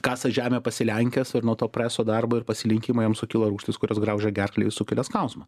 kasa žemę pasilenkęs ir nuo to preso darbo ir pasilinkimo jam sukilo rūgštys kurios graužia gerklę ir sukelia skausmą